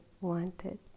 wanted